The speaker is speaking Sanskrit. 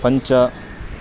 पञ्च